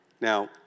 Now